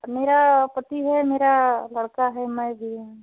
मेरा पति है मेरा लड़का है मैं भी हूँ